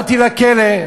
באתי לכלא,